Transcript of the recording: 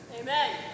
Amen